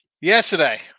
Yesterday